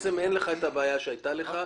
בעצם אין לך את הבעיה שהייתה לך.